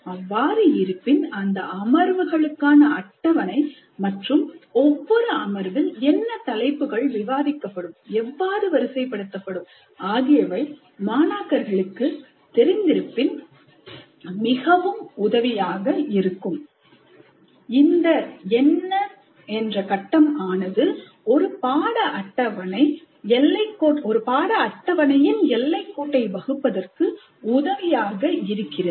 அவ்வாறு இருப்பின்அந்த அமர்வுகளுக்கு ஆன அட்டவணை மற்றும் ஒவ்வொரு அமர்வில் என்ன தலைப்புகள் விவாதிக்கப்படும் எவ்வாறு வரிசைப் படுத்தப்படும் ஆகியவை மாணாக்கர்களுக்கு தெரிந்திருப்பின் மிகவும் உதவியாக இருக்கும் இந்த "என்ன" கட்டம் ஆனது ஒரு பாட அட்டவணை எல்லைக் கோட்டை வகுப்பதற்கு உதவியாக இருக்கிறது